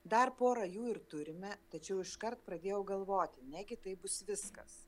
dar porą jų ir turime tačiau iškart pradėjau galvoti negi tai bus viskas